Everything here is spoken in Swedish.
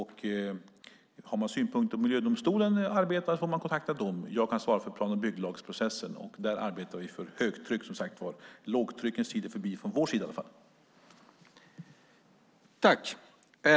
Har man synpunkter på hur miljödomstolen arbetar får man kontakta dem. Jag kan svara för plan och bygglagsprocessen, och där arbetar vi för högtryck, som sagt var. Lågtryckens tid är förbi, i alla fall från vår sida.